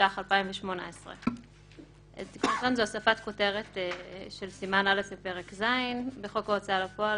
התשע"ח-2018 הוספת כותרת של סימן א' בפרק ז' בחוק ההוצאה לפועל,